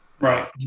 right